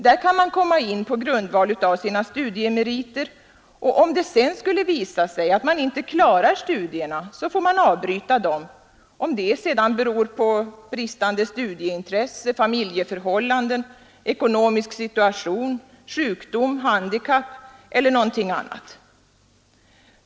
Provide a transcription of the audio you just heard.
Där kan man komma in på grundval av sina studiemeriter, och om det sedan skulle visa sig att man inte klarar studierna så får man avbryta dem — det må sedan bero på bristande studieintresse, familjeförhållanden, ekonomisk situation, sjukdom, handikapp eller någonting annat.